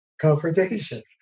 confrontations